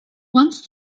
once